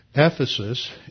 Ephesus